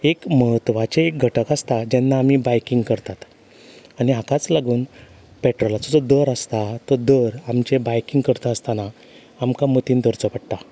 एक महत्वाचें एक घटक आसता जेन्ना आमी बायकींग करतात आनी हाकाच लागून पेट्रोलाचो जो दर आसता तो दर आमच्या बायकींग करता आसतना आमकां मतीन धरचो पडटा